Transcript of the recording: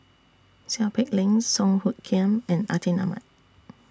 Seow Peck Leng Song Hoot Kiam and Atin Amat